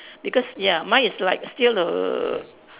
because ya mine is like still err